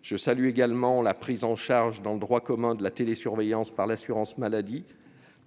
Je salue également la prise en charge dans le droit commun de la télésurveillance par l'assurance maladie,